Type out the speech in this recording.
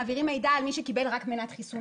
מעבירים מידע על מי שקיבל רק מנת חיסון